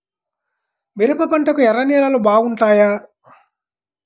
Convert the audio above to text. మిరప పంటకు ఎర్ర నేలలు బాగుంటాయా?